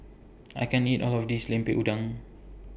I can't eat All of This Lemper Udang